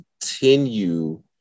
continue